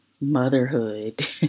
motherhood